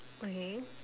okay